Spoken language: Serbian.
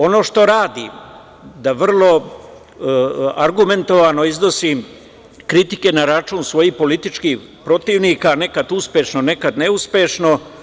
Ono što radim jeste da vrlo argumentovano iznosim kritike na račun svojih političkih protivnika, nekad uspešno, nekad neuspešno.